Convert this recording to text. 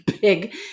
big